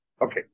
Okay